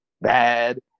bad